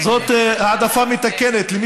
זאת העדפה מתקנת.